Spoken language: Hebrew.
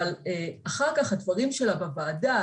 אבל אחר כך הדברים שלה בוועדה,